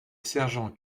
sergent